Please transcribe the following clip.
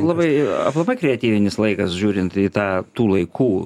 labai labai kreatyvinis laikas žiūrint į tą tų laikų